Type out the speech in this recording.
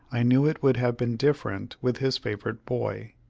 i knew it would have been different with his favorite boy.